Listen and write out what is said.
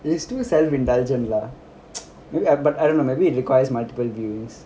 that is too self indulgent lah maybe அப்ப:appa maybe it requires multiple viewings